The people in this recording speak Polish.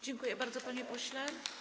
Dziękuję bardzo, panie pośle.